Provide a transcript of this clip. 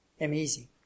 Amazing